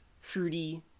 Fruity